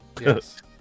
yes